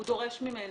הוא דורש ממנה.